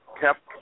kept